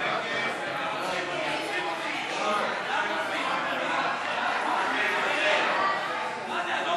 ההצעה להעביר את הצעת חוק